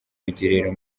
rugerero